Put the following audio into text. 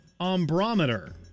ombrometer